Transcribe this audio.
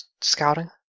scouting